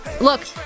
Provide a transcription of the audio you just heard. Look